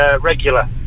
regular